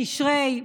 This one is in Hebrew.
תשרי,